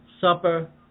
supper